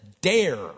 dare